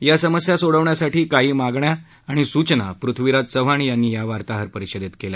या समस्यां सोडवण्यासाठी काही मागण्या आणि सूचना पृथ्वीराज चव्हाण यांनी या वार्ताहर परिषदेत केल्या